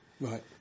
right